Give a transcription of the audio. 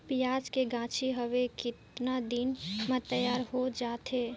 पियाज के गाछी हवे कतना दिन म तैयार हों जा थे?